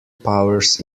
powers